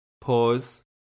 Pause